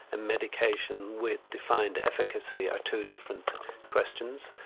and medication with defined efficacy, are two different questions.